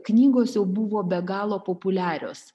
knygos jau buvo be galo populiarios